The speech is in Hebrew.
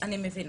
אני מבינה,